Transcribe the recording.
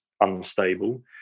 unstable